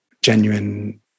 genuine